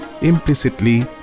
implicitly